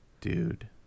Dude